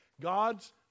God's